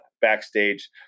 backstage